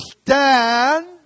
stand